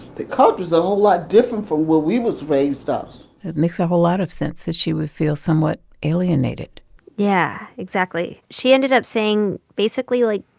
the culture's a whole lot different from where we was raised up it makes a whole lot of sense that she would feel somewhat alienated yeah, exactly. she ended up saying, basically, like,